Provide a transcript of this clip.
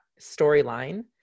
storyline